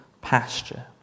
pasture